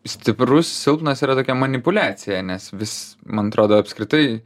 stiprus silpnas yra tokia manipuliacija nes vis man atrodo apskritai